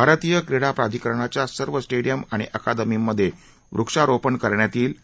भारतीय क्रीडा प्राधिकरणाच्या सर्व स्टेडियम आणि अकादमींमध्ये वृक्षारोपण करण्यात येईल